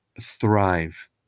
thrive